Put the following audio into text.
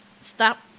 stop